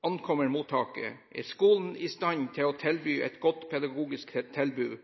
ankommer mottaket, er skolen i stand til å tilby et godt pedagogisk tilbud.